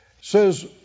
says